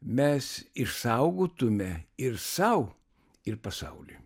mes išsaugotume ir sau ir pasauliui